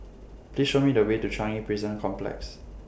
Please Show Me The Way to Changi Prison Complex